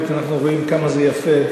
יפה,